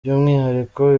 by’umwihariko